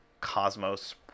cosmos